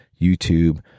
YouTube